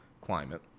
climate